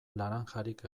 laranjarik